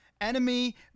enemy